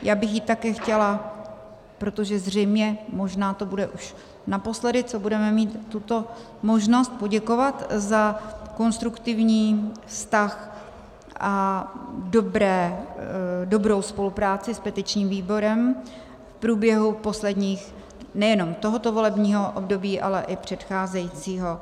Já bych jí také chtěla, protože zřejmě možná to bude už naposledy, co budeme mít tuto možnost, poděkovat za konstruktivní vztah a dobrou spolupráci s petičním výborem v průběhu posledních nejenom tohoto volebního období, ale i předcházejícího.